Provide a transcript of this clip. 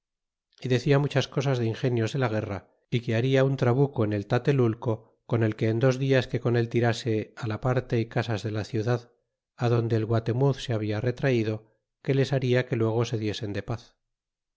y decia muchas cosas de ingenios de la guerra é que baria un trabuco en el tatelulco con que en dos dias que con él tirase á la parte y casas de la ciudad adonde el guatemuz se habla retraido que les baria que luego se diesen de paz